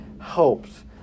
helps